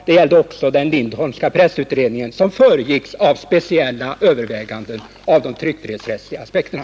Det gällde också den Lindholmska pressutredningen, som föregicks av speciella överväganden av de tryckfrihetsrättsliga aspekterna.